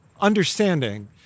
understanding